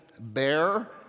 bear